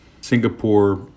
Singapore